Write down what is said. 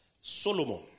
Solomon